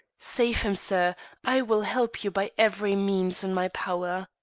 save him, sir i will help you by every means in my power.